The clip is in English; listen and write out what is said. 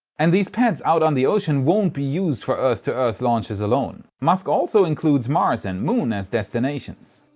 and these pads out on the ocean won't be used for earth to earth launches alone. musk also includes mars and moon as destinations.